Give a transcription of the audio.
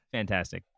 fantastic